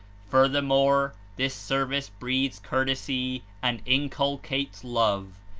furthermore, this service breeds courtesy and in culcates love.